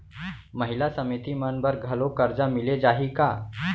महिला समिति मन बर घलो करजा मिले जाही का?